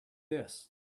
this